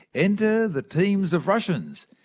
enter the teams of russians.